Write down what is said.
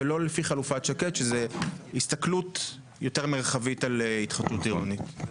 ולא לפי חלופת שקד שזה הסתכלות יותר מרחבית על התחדשות עירונית.